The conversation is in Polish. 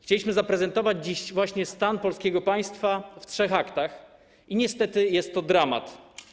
Chcieliśmy zaprezentować dziś właśnie stan polskiego państwa w trzech aktach i niestety jest to dramat.